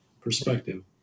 Perspective